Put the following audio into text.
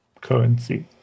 currency